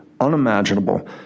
unimaginable